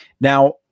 Now